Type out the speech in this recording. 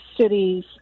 cities